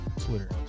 Twitter